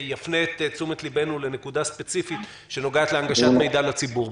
שיפנה את תשומת לבנו לנקודה ספציפית שנוגעת להנגשת מידע לציבור.